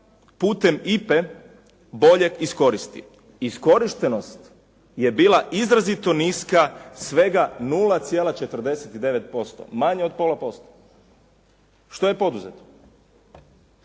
putem IPA-e bolje iskoristi? Iskorištenost je bila izrazito niska svega 0,49%, manje od pola posto. Što je poduzeto?